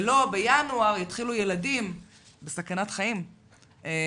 ולא שבינואר יתחילו ילדים בסכנת חיים ליפול בין הכיסאות,